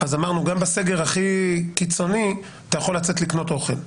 אז אמרנו גם בסגר הכי קיצוני אתה יכול לצאת לקנות אוכל,